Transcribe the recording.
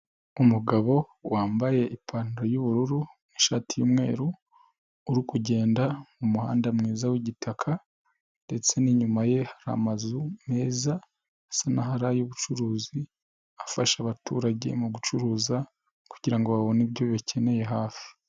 Umugabo wambaye ipantaro y'ubururu n'ishati y'umweru uri kugenda mu muhanda mwiza w'igitaka ndetse n'inyuma ye hari amazu meza asa n'aho ari ay'ubucuruzi afasha abaturage mu gucuruza kugira ngo babone ibyo bakeneye hafi.